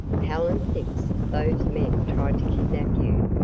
helen thinks those men tried to kidnap you,